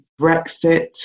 Brexit